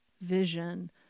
vision